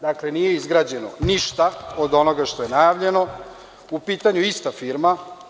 Dakle, nije izgrađeno ništa od onoga što je najavljeno, a u pitanju je ista firma.